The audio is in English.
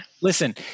listen